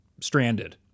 stranded